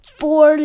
four